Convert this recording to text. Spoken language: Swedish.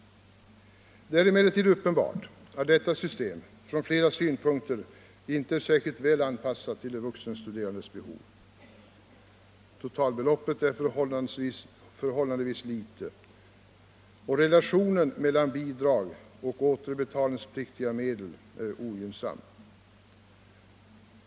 Det är emellertid uppenbart, att detta system från flera synpunkter inte är särskilt väl anpassat till de vuxenstuderandes behov. Totalbeloppet är förhållandevis litet, och relationen mellan bidrag och återbetalningspliktiga medel är ogynnsam.